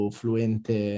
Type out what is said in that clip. fluente